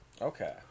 okay